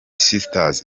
sisters